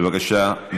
בבקשה.